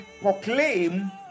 proclaim